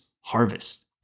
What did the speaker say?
harvest